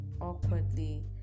awkwardly